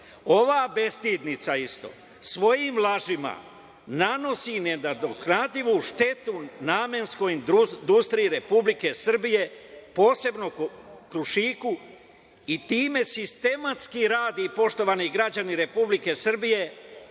bestidnica isto svojim lažima nanosi nenadoknadivu štetu namenskoj industriji Republike Srbije, posebno „Krušiku“ i time sistematski radi, poštovani građani Republike Srbije,